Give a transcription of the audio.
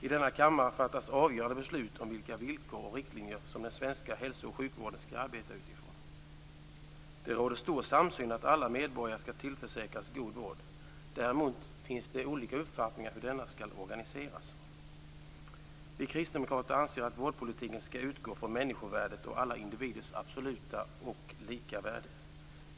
I denna kammare fattas avgörande beslut om vilka villkor och riktlinjer som den svenska hälso och sjukvården skall arbeta utifrån. Det råder stor samsyn om att alla medborgare skall tillförsäkras god vård. Däremot finns det olika uppfattningar om hur denna skall organiseras. Vi kristdemokrater anser att vårdpolitiken skall utgå från människovärdet och alla individers absoluta och lika värde.